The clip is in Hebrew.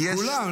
כולם.